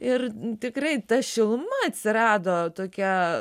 ir tikrai ta šiluma atsirado tokia